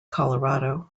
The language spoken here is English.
colorado